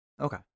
Okay